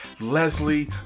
Leslie